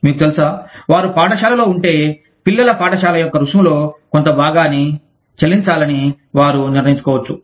మీకు తెలుసా వారు పాఠశాలలో ఉంటే పిల్లల పాఠశాల యొక్క రుసుములో కొంత భాగాన్ని చెల్లించాలని వారు నిర్ణయించుకోవచ్చు